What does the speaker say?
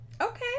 Okay